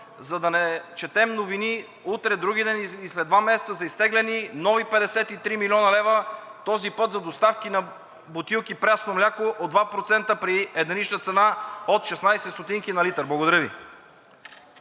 за да не четем новини утре, вдругиден и след два месеца за изтеглени нови 53 млн. лв., този път за доставки на бутилки прясно мляко от 2% при единична цена от 0,16 лв. на литър. Благодаря Ви.